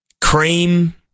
Cream